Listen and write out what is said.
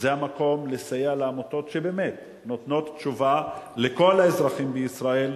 זה המקום לסייע לעמותות שבאמת נותנות תשובה לכל האזרחים בישראל,